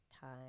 time